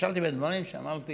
קשרתי בין הדברים כשאמרתי